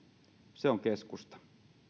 se on keskusta